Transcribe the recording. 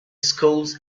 schools